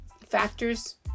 factors